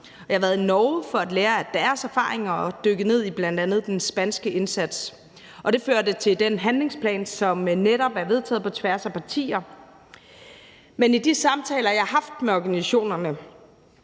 Jeg har været i Norge for at lære af deres erfaringer og dykket ned i bl.a. den spanske indsats. Det førte til den handlingsplan, som netop er blevet vedtaget på tværs af partier. Ud fra de samtaler, jeg har haft med organisationerne